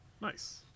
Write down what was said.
nice